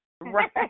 Right